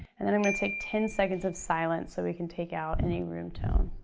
and then i'm gonna take ten seconds of silence so we can take out any room tone.